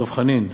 דב חנין,